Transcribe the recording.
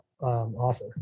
offer